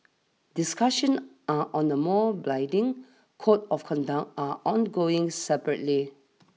discussions are on the more blinding Code of Conduct are ongoing separately